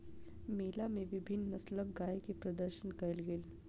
मेला मे विभिन्न नस्लक गाय के प्रदर्शन कयल गेल